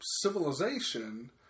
civilization